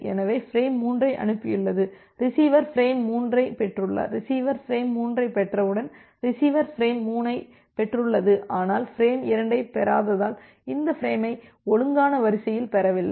எனவே பிரேம் 3 ஐ அனுப்பியுள்ளது ரிசீவர் ஃபிரேம் 3 ஐ பெற்றுள்ளார் ரிசீவர் ஃபிரேம் 3 ஐ பெற்றவுடன் ரிசீவர் ஃபிரேம் 3 ஐ பெற்றுள்ளது ஆனால் ஃபிரேம் 2 ஐப் பெறாததால் இந்த ஃபிரேமை ஒழுங்கான வரிசையில் பெறவில்லை